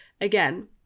again